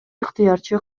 ыктыярчы